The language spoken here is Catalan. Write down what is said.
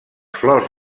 flors